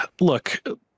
look